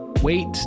wait